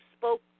spoke